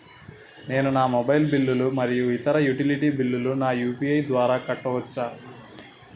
నేను నా మొబైల్ బిల్లులు మరియు ఇతర యుటిలిటీ బిల్లులను నా యు.పి.ఐ యాప్ ద్వారా కట్టవచ్చు